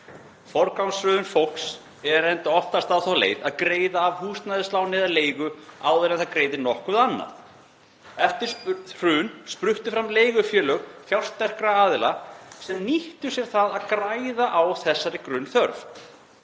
Forgangsröðun fólks er enda oftast á þá leið að greiða af húsnæðisláni eða leigu áður en það greiðir nokkuð annað. Eftir hrun spruttu fram leigufélög fjársterkra aðila sem nýttu sér það að græða á þessari grunnþörf